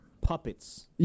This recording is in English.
puppets